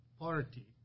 party